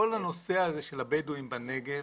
כל הנושא הזה של הבדואים בנגב,